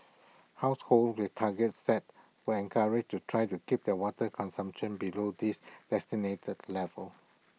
households with targets set were encouraged to try to keep their water consumption below these designated levels